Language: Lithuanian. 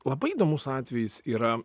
labai įdomus atvejis yra